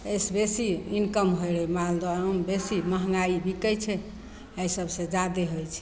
एहिसे बेसी इनकम होइ रहै मालदह आम बेसी महगाइ बिकै छै एहि सबसे जादे होइ छै